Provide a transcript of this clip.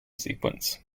sequence